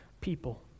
people